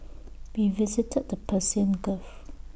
we visited the Persian gulf